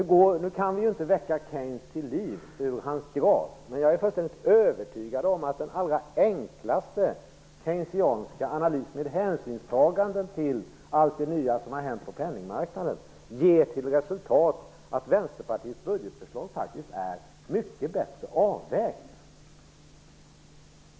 Vi kan inte väcka Keynes till liv. Men jag är fullständigt övertygad om att den allra enklaste keynesianska analys - med hänsyn tagen till allt det nya som har hänt på penningmarknaden - ger till resultat att Vänsterpartiets budgetförslag faktiskt är mycket bättre avvägt.